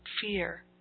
fear